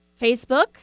Facebook